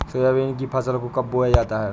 Soybean की फसल को कब बोया जाता है?